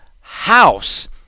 house